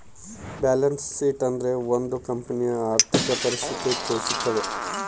balance sheet ಅಂದ್ರೆ ಒಂದ್ ಕಂಪನಿಯ ಆರ್ಥಿಕ ಪರಿಸ್ಥಿತಿ ತಿಳಿಸ್ತವೆ